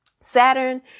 Saturn